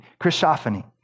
Christophany